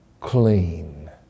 clean